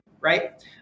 right